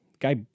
Guy